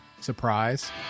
surprise